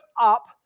up